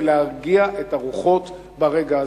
זה להרגיע את הרוחות ברגע הזה.